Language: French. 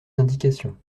indications